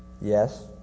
yes